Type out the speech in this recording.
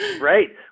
Right